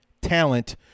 talent